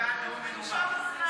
נאום מנומק.